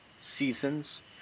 seasons